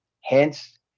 Hence